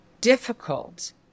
difficult